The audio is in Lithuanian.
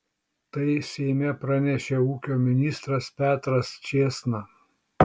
tai seime pranešė ūkio ministras petras čėsna